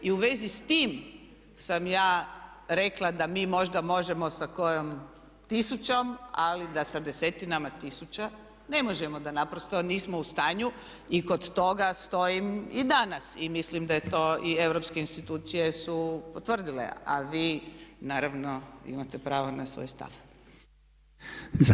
I u vezi s tim sam ja rekla da mi možda možemo sa kojom tisućom ali da sa desetinama tisuća ne možemo, da naprosto nismo u stanju i kod toga stojim i danas, i mislim da je to i europske institucije su potvrdile a vi naravno imate pravo na svoj stav.